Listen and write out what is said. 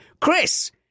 Chris